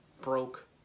broke